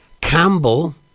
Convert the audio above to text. Campbell